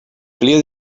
feliu